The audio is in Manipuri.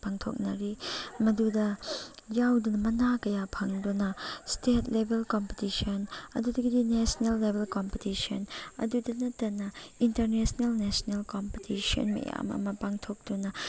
ꯄꯥꯡꯊꯣꯛꯅꯔꯤ ꯃꯗꯨꯗ ꯌꯥꯎꯗꯨꯅ ꯃꯅꯥ ꯀꯌꯥ ꯐꯪꯗꯨꯅ ꯏꯁꯇꯦꯠ ꯂꯦꯕꯦꯜ ꯀꯝꯄꯤꯇꯤꯁꯟ ꯑꯗꯨꯗꯒꯤꯗꯤ ꯅꯦꯁꯅꯦꯜ ꯂꯦꯕꯦꯜ ꯀꯝꯄꯤꯇꯤꯁꯟ ꯑꯗꯨꯇ ꯅꯠꯇꯅ ꯏꯟꯇꯔꯅꯦꯁꯅꯦꯜ ꯅꯦꯁꯅꯦꯜ ꯀꯝꯄꯤꯇꯤꯁꯟ ꯃꯌꯥꯝ ꯑꯃ ꯄꯥꯡꯊꯣꯛꯇꯨꯅ